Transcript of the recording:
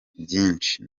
byinshi